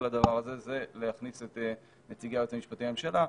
לדבר הזה הוא להכניס את נציגי היועץ המשפטי לממשלה,